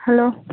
hello